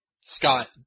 Scott